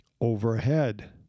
overhead